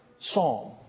psalm